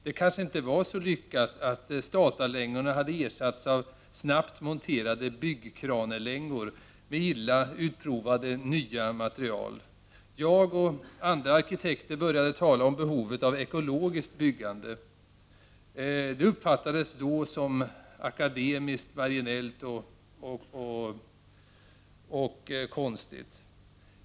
Det kanske inte var så lyckat att statarlängorna ersattes av snabbt monterade byggkranelängor med illa utprovade nya material. Jag och andra arkitekter började tala om behovet av ekologiskt byggande. Det uppfattades då som akademiskt, marginellt och konstigt.